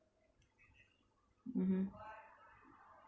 mmhmm